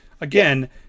Again